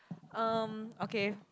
um okay